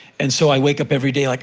and so, i wake up every day, like